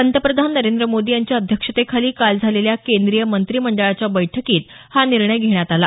पंतप्रधान नरेंद्र मोदी यांच्या अध्यक्षतेखाली काल झालेल्या केंद्रीय मंत्रीमंडळाच्या बैठकीत हा निर्णय घेण्यात आला